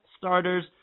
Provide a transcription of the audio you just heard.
starters